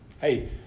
hey